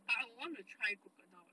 but I would want to try crocodile eh